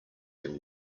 them